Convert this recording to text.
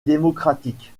démocratique